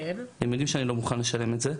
הם יודעים שאני לא מוכן לשלם את זה.